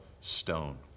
stone